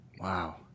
Wow